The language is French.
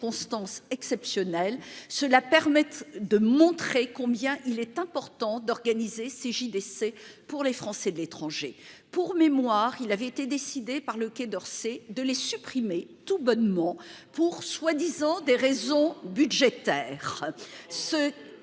exceptionnelles cela permettent de montrer combien il est important d'organiser Cegid. Pour les Français de l'étranger. Pour mémoire, il avait été décidé par le Quai d'Orsay de les supprimer tout bonnement pour soi-disant des raisons budgétaires.